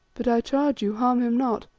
but i charge you, harm him not.